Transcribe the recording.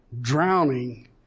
drowning